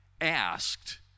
asked